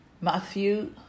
Matthew